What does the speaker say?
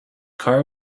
car